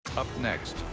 up next,